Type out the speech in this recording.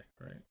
right